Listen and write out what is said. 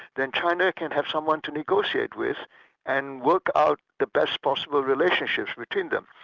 then china can have someone to negotiate with and work out the best possible relationships between them.